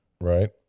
Right